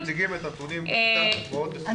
אנחנו מציגים את הנתונים בשיטה מאוד ---,